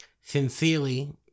Sincerely